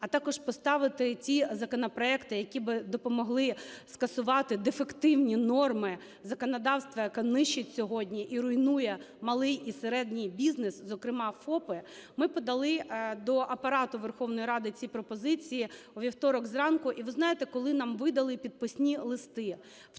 а також поставити ті законопроекти, які би допомогли скасувати дефективні норми законодавства, яке нищить сьогодні і руйнує малий і середній бізнес, зокрема ФОПи. Ми подали до Апарату Верховної Ради ці пропозиції у вівторок зранку. І ви знаєте, коли нам видали підписні листи –